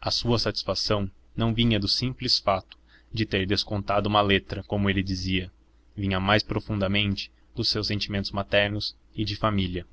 a sua satisfação não vinha do simples fato de ter descontado uma letra como ela dizia vinha mais profundamente dos seus sentimentos maternos e de família